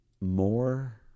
more